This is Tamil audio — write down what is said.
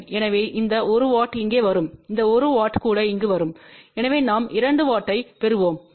எனவே இந்த 1 W இங்கே வரும் இந்த 1 W கூட இங்கு வரும் எனவே நாம் 2 W ஐப் பெறுவோம் பவர்